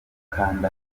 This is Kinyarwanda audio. kanda